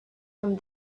from